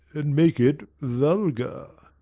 and make it vulgar.